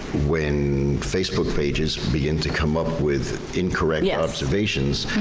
when facebook pages begin to come up with incorrect yeah observations,